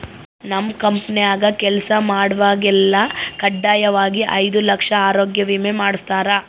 ನಮ್ ಕಂಪೆನ್ಯಾಗ ಕೆಲ್ಸ ಮಾಡ್ವಾಗೆಲ್ಲ ಖಡ್ಡಾಯಾಗಿ ಐದು ಲಕ್ಷುದ್ ಆರೋಗ್ಯ ವಿಮೆ ಮಾಡುಸ್ತಾರ